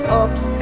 ups